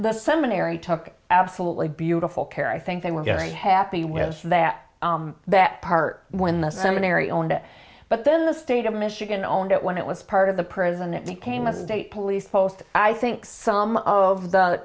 the seminary took absolutely beautiful care i think they were very happy with that that part when the seminary owned it but then the state of michigan owned it when it was part of the prison it became a state police post i think some of the